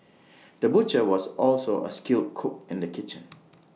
the butcher was also A skilled cook in the kitchen